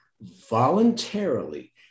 voluntarily